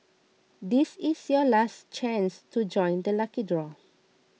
this is your last chance to join the lucky draw